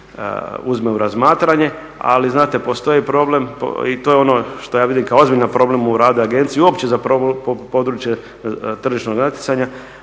uzme u razmatranje. Ali znate, postoji problem i to je ono što ja vidim kao ozbiljan problem u radu agencije i uopće za područje tržišnog natjecanja.